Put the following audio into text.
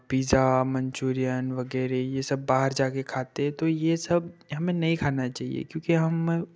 pizza manchurian वगैरह ये सब बाहर जाकर खाते हैं तो ये सब हमें नहीं खाना चाहिए क्योंकि हम